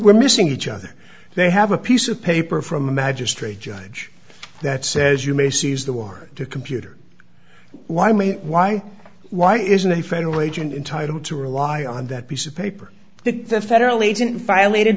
were missing each other they have a piece of paper from a magistrate judge that says you may seize the war computer why me why why isn't a federal agent entitle to rely on that piece of paper that the federal agent violated